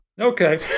Okay